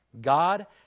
God